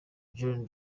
john